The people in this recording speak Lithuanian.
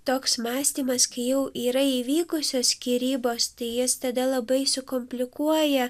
toks mąstymas kai jau yra įvykusios skyrybos tai jis tada labai sukomplikuoja